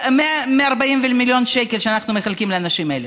ו-140 מיליון שקל אנחנו מחלקים לאנשים האלה.